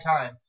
time